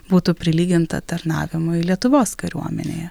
būtų prilyginta tarnavimui lietuvos kariuomenėje